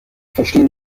verstehen